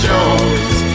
Jones